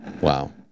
Wow